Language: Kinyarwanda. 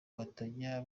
batajya